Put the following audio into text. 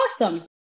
awesome